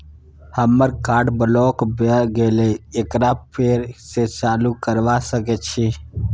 हमर card block भ गेले एकरा फेर स चालू करबा सके छि?